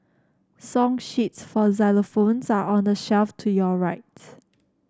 song sheets for xylophones are on the shelf to your rights